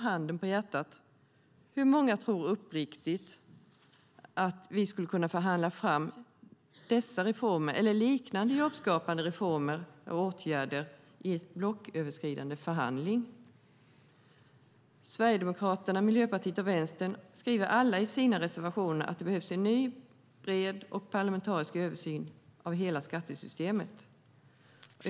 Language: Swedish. Handen på hjärtat! Hur många tror uppriktigt att vi skulle kunna förhandla fram dessa eller liknande jobbskapande reformer och åtgärder i en blocköverskridande förhandling? Sverigedemokraterna, Miljöpartiet och Vänstern skriver alla i sina reservationer att det behövs en ny, bred och parlamentarisk översyn av hela skattesystemet.